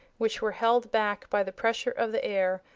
which were held back by the pressure of the air,